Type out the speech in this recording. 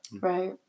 right